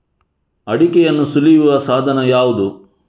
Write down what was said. ಅಡಿಕೆಯನ್ನು ಸುಲಿಯುವ ಸಾಧನ ಯಾವುದು?